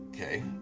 okay